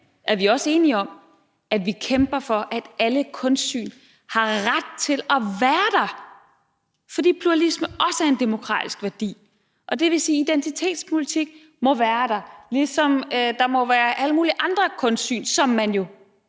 er vi også enige om, at vi kæmper for, at alle kunstsyn har ret til at være der, fordi pluralisme også er en demokratisk værdi? Det vil sige, at identitetspolitik må være der, ligesom der må være alle mulige andre kunstsyn, som man jo